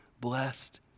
blessed